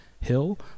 Hill